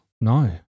No